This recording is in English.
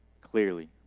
clearly